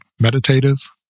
meditative